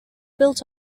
built